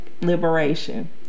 liberation